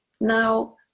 Now